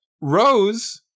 Rose